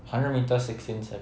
hundred metre sixteen seconds